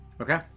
Okay